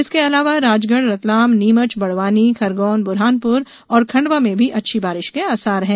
इसके अलावा राजगढ रतलाम नीमच बड़वानी खरगोन बुरहानपुर और खंडवा में भी अच्छी बारिश के आसार हैं